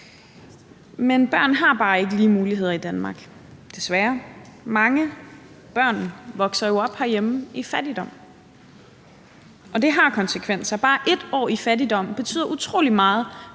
Men børn har bare ikke lige muligheder i Danmark, desværre. Mange børn vokser jo op herhjemme i fattigdom, og det har konsekvenser. Bare et år i fattigdom betyder utrolig meget